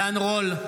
עידן רול,